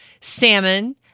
Salmon